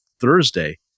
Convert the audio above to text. Thursday